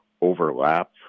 overlap